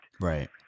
Right